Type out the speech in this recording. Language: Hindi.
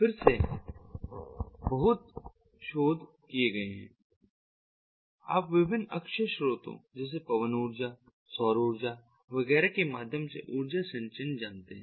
फिर से बहुत शोध किए गए है आप विभिन्न अक्षय स्रोतों जैसे पवन ऊर्जा सौर ऊर्जा वगैरह के माध्यम से ऊर्जा संचयन जानते हैं